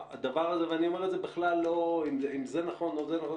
הדבר הזה ואני אומר את זה בלי להגיד אם זה נכון או זה נכון,